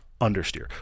understeer